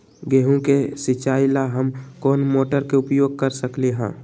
गेंहू के सिचाई ला हम कोंन मोटर के उपयोग कर सकली ह?